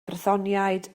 brythoniaid